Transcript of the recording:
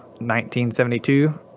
1972